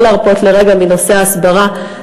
לא להרפות לרגע מנושא ההסברה.